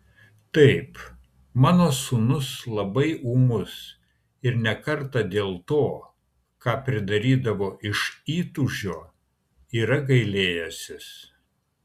taip mano sūnus labai ūmus ir ne kartą dėl to ką pridarydavo iš įtūžio yra gailėjęsis